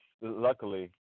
luckily